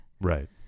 Right